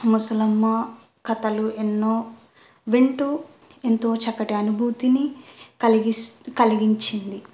ముసలమ్మ కథలు ఎన్నో వింటూ ఎంతో చక్కటి అనుభూతిని కలిగిన కలిగించింది